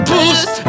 Boost